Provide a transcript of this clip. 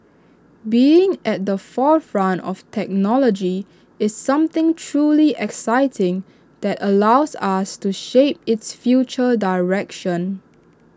being at the forefront of technology is something truly exciting that allows us to shape its future direction